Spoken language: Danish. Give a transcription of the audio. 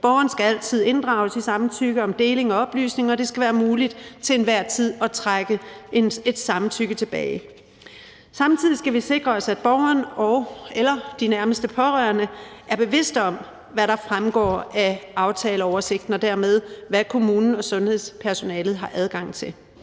Borgeren skal altid inddrages i samtykke om deling af oplysninger, og det skal til enhver tid være muligt at trække et samtykke tilbage. Samtidig skal vi sikre os, at borgeren og/eller de nærmeste pårørende er bevidste om, hvad der fremgår af aftaleoversigten, og dermed om, hvad kommunen og sundhedspersonalet har adgang til.